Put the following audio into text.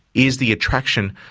is the attraction,